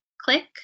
Click